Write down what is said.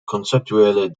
conceptuele